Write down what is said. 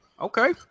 Okay